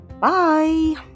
Bye